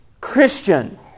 Christian